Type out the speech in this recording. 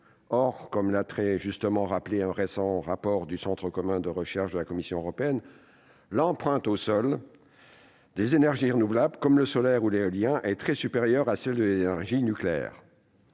Or, comme cela a très justement été rappelé dans un récent rapport du Centre commun de recherche de la Commission européenne, l'empreinte au sol des énergies renouvelables, comme le solaire ou l'éolien, est très supérieure à celle de l'énergie nucléaire